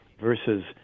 versus